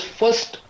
first